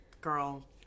girl